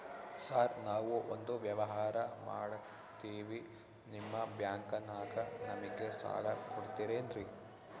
Sir ನಾವು ಒಂದು ವ್ಯವಹಾರ ಮಾಡಕ್ತಿವಿ ನಿಮ್ಮ ಬ್ಯಾಂಕನಾಗ ನಮಿಗೆ ಸಾಲ ಕೊಡ್ತಿರೇನ್ರಿ?